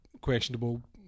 questionable